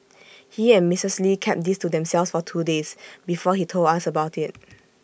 he and Mrs lee kept this to themselves for two days before he told us about IT